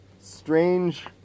strange